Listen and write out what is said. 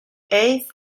hayes